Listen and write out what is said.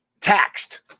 taxed